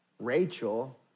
Rachel